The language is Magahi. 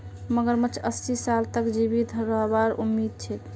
मगरमच्छक अस्सी साल तक जीवित रहबार उम्मीद छेक